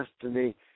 destiny